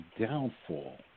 downfall